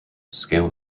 scale